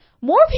more